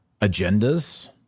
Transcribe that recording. agendas